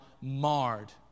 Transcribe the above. marred